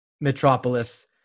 metropolis